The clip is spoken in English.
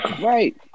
Right